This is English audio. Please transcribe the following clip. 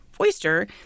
oyster